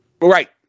Right